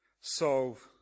solve